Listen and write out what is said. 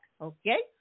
Okay